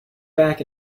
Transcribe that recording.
back